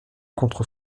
contre